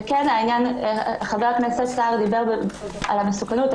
חבר הכנסת סער דיבר על המסוכנות,